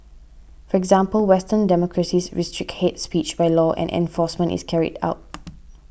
for example western democracies restrict hate speech by law and enforcement is carried out